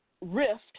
rift